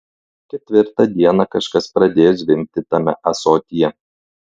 ketvirtą dieną kažkas pradėjo zvimbti tame ąsotyje